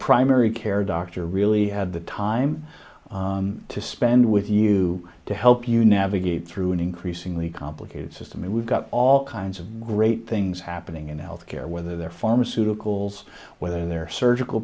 primary care doctor really had the time to spend with you to help you navigate through an increasingly complicated system and we've got all kinds of great things happening in health care whether they're pharmaceuticals whether they're surgical